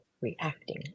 reacting